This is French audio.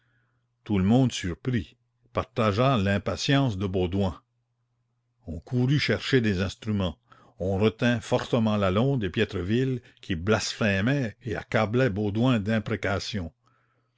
tout le monde surpris partagea l'impatience de baudouin on courut chercher des instrumens on retint fortement lalonde et piétreville qui blasphémaient et accablaient baudouin d'imprécations